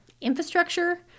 infrastructure